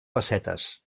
pessetes